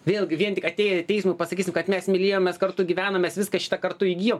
vėlgi vien tik atėję į teismą pasakysim kad mes mylėjomės kartu gyvenom viską šitą kartu įgijom